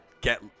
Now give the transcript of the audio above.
get